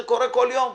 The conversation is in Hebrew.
זה קורה מידי יום.